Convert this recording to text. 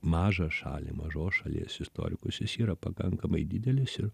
mažą šalį mažos šalies istorikus jis yra pakankamai didelis ir